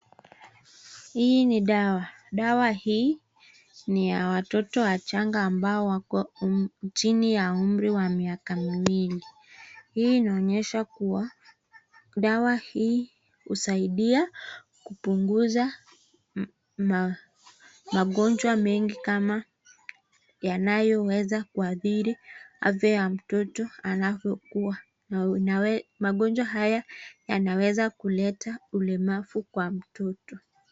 Hii ni dawa. Dawa hii ni ya watoto wachanga ambao wako chini ya umri wa miaka miwili. Hii inaonyesha kuwa dawa hii husaidi kupunguza magonjwa mengi kama yanayo weza kuadhiri afya ya mtoto anapo kuwa .Magonjwa haya yanaweza kuleta ulemavu kwa mtoto.